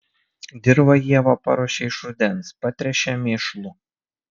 dirvą ieva paruošia iš rudens patręšia mėšlu